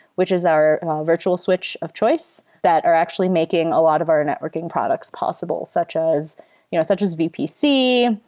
which is our virtual switch of choice that are actually making a lot of our networking products possible such as you know such as vpc,